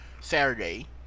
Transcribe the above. Saturday